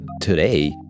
today